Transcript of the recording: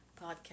podcast